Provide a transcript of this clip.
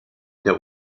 der